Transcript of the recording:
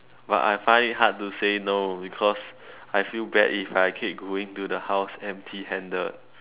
but I find it hard to say no because I feel bad if I keep going to the house empty handed